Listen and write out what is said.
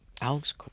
Alex